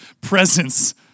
presence